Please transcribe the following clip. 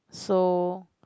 so